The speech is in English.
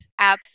apps